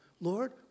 Lord